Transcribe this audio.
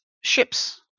ships